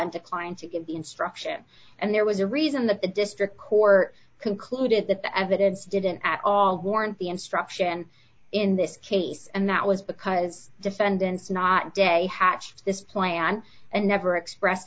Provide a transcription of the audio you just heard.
and declined to give the instruction and there was a reason that the district court concluded that the evidence didn't at all warrant the instruction in this case and that was because defendants not day hatched this plan and never express